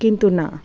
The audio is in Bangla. কিন্তু না